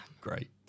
Great